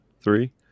three